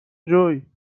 جویی